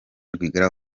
rwigara